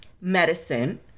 medicine